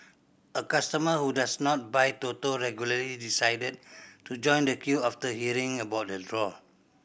a customer who does not buy Toto regularly decided to join the queue after hearing about the draw